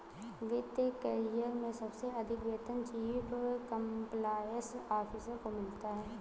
वित्त करियर में सबसे अधिक वेतन चीफ कंप्लायंस ऑफिसर को मिलता है